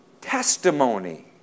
testimony